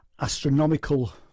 Astronomical